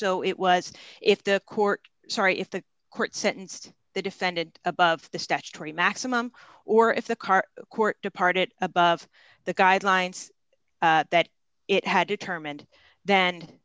so it was if the court sorry if the court sentenced the defendant above the statutory maximum or if the car court departed above the guidelines that it had determined then